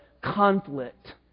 conflict